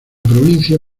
provincia